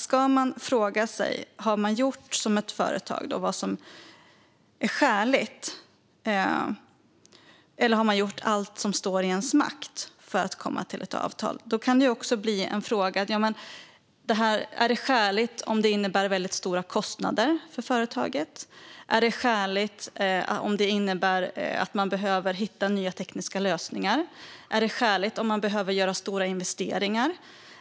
Ska man som företag fråga sig om man har gjort vad som är skäligt eller om man har gjort allt som står i ens makt för att komma till ett avtal kan andra frågor bli: Är det skäligt om det innebär väldigt stora kostnader för företaget? Är det skäligt om det innebär att man behöver hitta nya tekniska lösningar? Är det skäligt om man behöver göra stora investeringar?